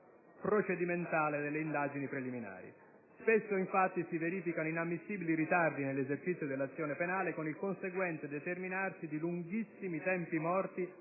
procedimentale delle indagini preliminari. Spesso infatti si verificano inammissibili ritardi nell'esercizio dell'azione penale, con il conseguente determinarsi di lunghissimi tempi morti